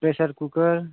pressure cooker